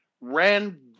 ran